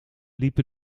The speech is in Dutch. liepen